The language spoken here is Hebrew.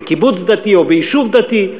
בקיבוץ דתי או ביישוב דתי,